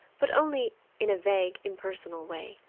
but only in a vague, impersonal way.